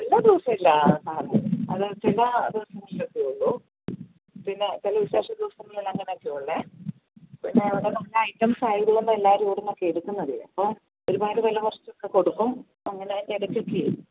എല്ലാ ദിവസവും ഇല്ല സാറെ അത് ചില ദിവസങ്ങളിലെ ഇടുകയുള്ളൂ പിന്നെ ചില വിശേഷ ദിവസങ്ങളിൽ അങ്ങനെ ഒക്കെയുള്ള പിന്നെ ഇവിടെ നല്ല ഐറ്റംസായത് കൊണ്ട് എല്ലാവരും ഇവിടെ നിന്നൊക്കെയാണ് എടുക്കുന്നത് അപ്പോൾ ഒരുപാട് വില കുറച്ചൊക്കെ കൊടുക്കും അങ്ങനെ വില ചെക്ക് ചെയ്യും